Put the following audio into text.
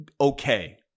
okay